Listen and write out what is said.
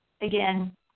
again